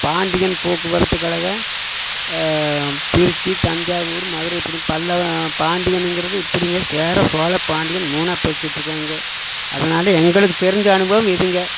பாண்டியன் போக்குவரத்து கழகம் திருச்சி தஞ்சாவூர் மதுரை இப்படி பல்லவ பாண்டியனுங்கிறது இப்படிங்க சேர சோழ பாண்டியன் மூனாக பிரித்து விட்ருக்குறானுங்க அதனால எங்களுக்கு தெரிந்த அனுபவம் இதுங்க